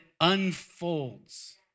unfolds